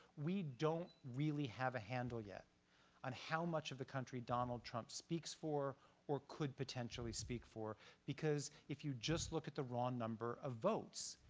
we don't really have a handle yet o on how much of the country donald trump speaks for or could potentially speak for because if you just look at the raw number of votes,